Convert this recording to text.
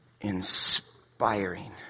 inspiring